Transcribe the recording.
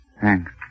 Thanks